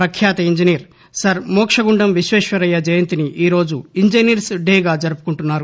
ప్రఖ్యాత engineer sir Mokshagundam Visvesvaraya జయంతిని ఈరోజు ఇంజనీర్ప్ డేగా జరుపుకుంటున్నారు